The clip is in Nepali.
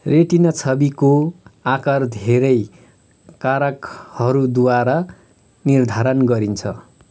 रेटिना छविको आकार धेरै कारकहरूद्वारा निर्धारण गरिन्छ